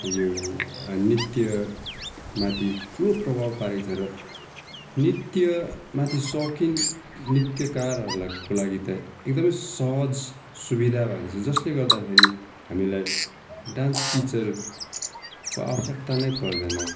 यो नृत्यमाथि ठुलो प्रभाव पारेको छ र नृत्यमाथि सौकिन नृत्यकारहरूलाई को लागि त एकदमै सहज सुविधा भएको छ जसले गर्दाखेरि हामीलाई डान्स टिचरको आवश्यकता नै पर्दैन